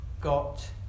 got